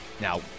now